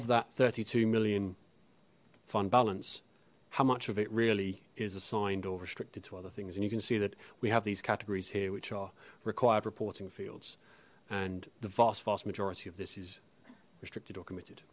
of that thirty two million fund balance how much of it really is assigned or restricted to other things and you can see that we have these categories here which are required reporting fields and the vast vast majority of this is restricted or committed